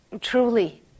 Truly